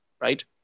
right